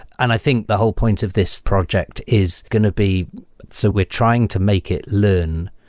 and i think the whole point of this project is going to be so we're trying to make it learn,